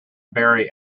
barry